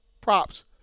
props